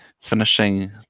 finishing